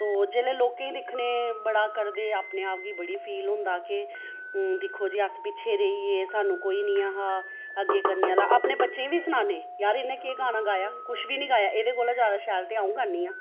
जेल्लै लोकें गी दिक्खने बड़ा करदे अपने आप गी बड़ा फील होंदा कि दिक्खो जी अस पीछे रेही ऐ सानू कोई नी हा अग्गे करने आह्ला अपने बच्चें गी बी सनाने यार इनें केह् गाना गाया कुछ बी नी गाया एह्दे कोह्ला शैल ते आ'ऊ गानी आं